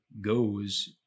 goes